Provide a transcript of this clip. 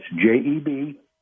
J-E-B